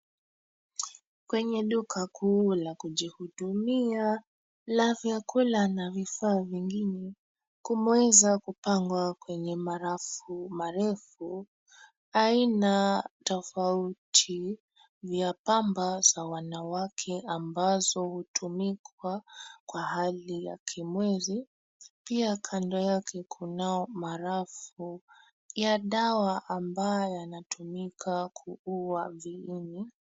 Kwenye duka kuu la kujihudumia, la vyakula na vifaa vingine, kumeweza kupangwa kwenye marafu marefu, aina tofauti vya pamba za wanawake ambazo hutumikwa kwa hali ya kimwezi. Pia kando yake kunao marafu ya dawa ambayo yanatumika kuua viini.